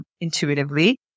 intuitively